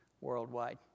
worldwide